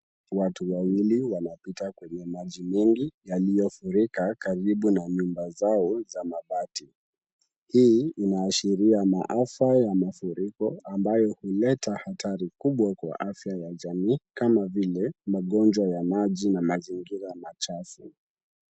Watu wawili wanapita kwenye maji mengi yaliyofurika karibu na nyumba zao za mabati. Hii inaashiria maafa ya mafuriko ambayo huleta hatari kubwa kwa afya ya jamii kama vile magonjwa ya maji na mazingira machafu.